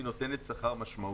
היא נותנת שכר משמעותי.